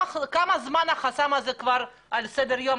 זמן החסם הזה על סדר היום?